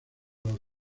los